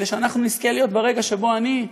כדי שאנחנו נזכה להיות ברגע שבו אני,